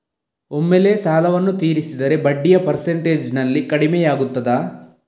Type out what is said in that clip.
ಒಮ್ಮೆಲೇ ಸಾಲವನ್ನು ತೀರಿಸಿದರೆ ಬಡ್ಡಿಯ ಪರ್ಸೆಂಟೇಜ್ನಲ್ಲಿ ಕಡಿಮೆಯಾಗುತ್ತಾ?